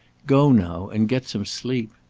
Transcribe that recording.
go now, and get some sleep.